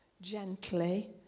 gently